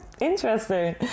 Interesting